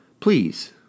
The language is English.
Please